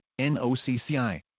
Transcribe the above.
NOCCI